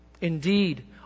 Indeed